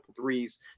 threes